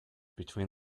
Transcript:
between